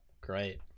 Great